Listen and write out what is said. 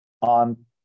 on